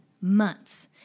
months